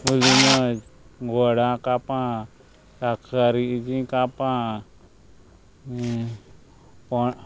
बुलिना गोडा कापां साकरीचीं कापां